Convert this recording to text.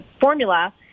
formula